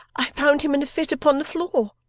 i found him in a fit upon the floor